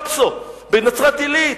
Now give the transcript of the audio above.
אני לא מדבר על גפסו בנצרת-עילית.